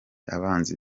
abanzi